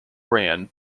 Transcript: ran